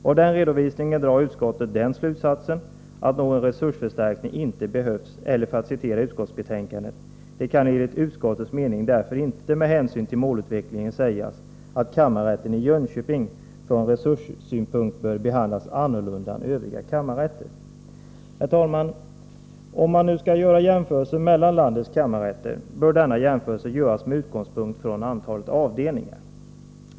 Av denna redovisning drar utskottet slutsatsen att någon resursförstärkning inte behövs, eller för att citera utskottsbetänkandet: ”Det kan enligt utskottets mening därför inte med hänsyn till målutvecklingen sägas att kammarrätten i Jönköping från resurssynpunkt bör behandlas annorlunda än övriga kammarrätter.” Herr talman! Om man skall göra jämförelser mellan landets kammarrätter, bör denna jämförelse göras med utgångspunkt från antalet avdelningar.